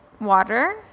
water